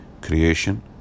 creation